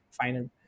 final